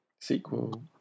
Sequel